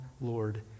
Lord